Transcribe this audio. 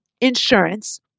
insurance